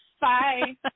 Bye